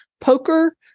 Poker